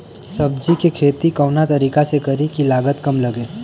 सब्जी के खेती कवना तरीका से करी की लागत काम लगे?